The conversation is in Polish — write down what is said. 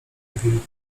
wilków